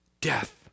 death